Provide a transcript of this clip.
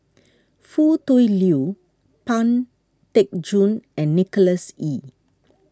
Foo Tui Liew Pang Teck Joon and Nicholas Ee